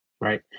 right